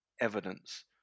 evidence